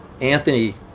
Anthony